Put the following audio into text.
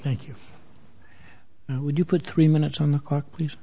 thank you would you put three minutes on the clock please